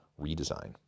redesign